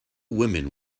women